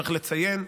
צריך לציין,